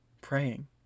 praying